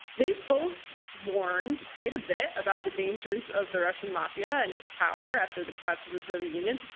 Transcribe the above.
they both warned quite a bit about the dangers of the russian mafia and its power after the collapse of the soviet union,